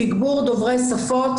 תגבור דוברי שפות